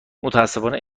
متأسفانه